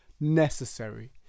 necessary